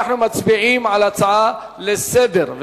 אנחנו מצביעים על הצעה לסדר-היום,